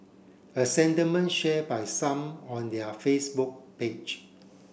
a sentiment share by some on their Facebook page